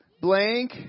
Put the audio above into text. blank